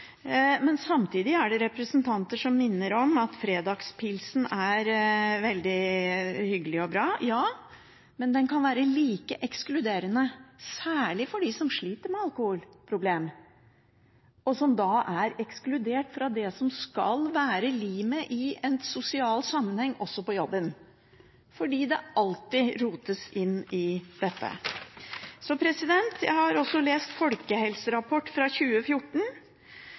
Men samtidig er det representanter som minner om at fredagspilsen er veldig hyggelig og bra. Ja, men den kan være like ekskluderende, særlig for dem som sliter med alkoholproblem, og som da er ekskludert fra det som skal være limet i en sosial sammenheng, også på jobben, fordi det alltid rotes inn i dette. Jeg har også lest Folkehelserapporten fra 2014,